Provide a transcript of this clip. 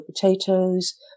potatoes